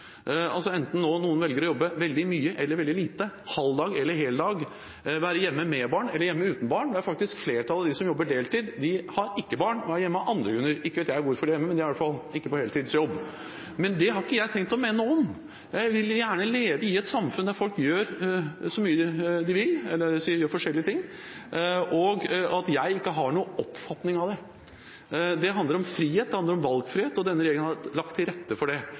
noen velger å jobbe veldig mye eller veldig lite, halvdag eller heldag, være hjemme med barn eller hjemme uten barn – flertallet av dem som jobber deltid, har faktisk ikke barn og er hjemme av andre grunner, ikke vet jeg hvorfor, men de er i hvert fall ikke i heltidsjobb – har ikke jeg tenkt å mene noe om. Jeg vil gjerne leve i et samfunn der folk gjør så mye de vil – dvs. gjør forskjellige ting. Jeg har ikke noen oppfatning om det. Det handler om frihet, det handler om valgfrihet. Denne regjeringen har lagt til rette for det.